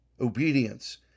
obedience